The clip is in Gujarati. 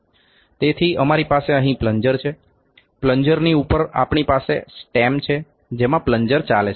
તેથી અમારી પાસે અહીં પ્લન્જર છે પ્લન્જરની ઉપર આપણી પાસે સ્ટેમ છે જેમાં પ્લન્જર ચાલે છે